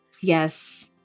Yes